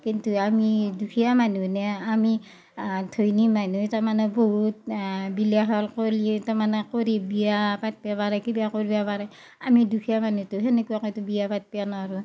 কিন্তু আমি দুখীয়া মানহুনে আমি ধনী মানহুই তাৰমানে বহুত বিলাসল কলি তাৰমানে কৰি বিয়া পাতবা পাৰেই কিবা কৰবা পাৰে আমি দুখীয়া মানহুইটো তেনেকুৱাকেটো বিয়া পাতিব নৰোঁ